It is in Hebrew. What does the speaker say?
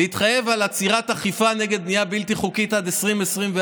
להתחייב לעצירת האכיפה נגד בנייה בלתי חוקית עד 2024,